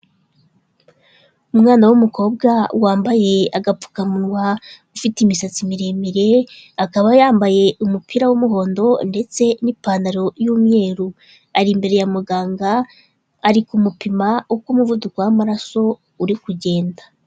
Umwana w'umukobwa wambaye agapfukamunwa, ufite imisatsi miremire, akaba yambaye umupira w'umuhondo ndetse n'ipantaro y'umweru, ari imbere ya muganga, ari kumupima uko umuvuduko w'amaraso uri kugenda.